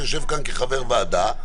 שיושב כאן כחבר ועדה,